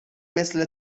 مثل